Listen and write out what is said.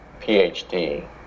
PhD